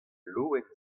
loen